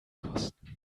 kosten